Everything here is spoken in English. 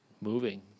moving